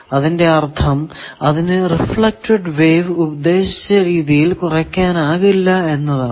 അതിന്റെ അർഥം അതിനു റിഫ്ലെക്ടഡ് വേവ് ഉദ്ദേശിച്ച രീതിയിൽ കുറയ്ക്കാനാകില്ല എന്നാണ്